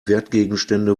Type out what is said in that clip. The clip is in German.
wertgegenstände